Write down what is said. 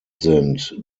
sind